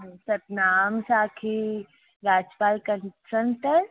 सतनाम साखी राजपाल कंसल्टन